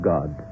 God